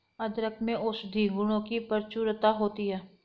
अदरक में औषधीय गुणों की प्रचुरता होती है